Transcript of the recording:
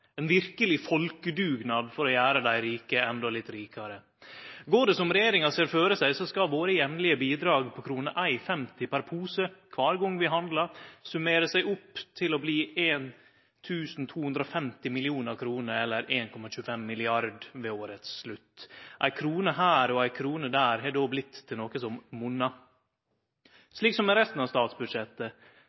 ein verkeleg folkedugnad for å gjere dei rike enda litt rikare. Går det som regjeringa ser føre seg, skal våre jamlege bidrag på kr 1,50 per pose kvar gong vi handlar, gjere at summen blir 1 250 000 000 kr, eller 1,25 mrd. kr, ved slutten av året. Ei krone her og ei krone der har då blitt til noko som monnar, slik som med resten av statsbudsjettet: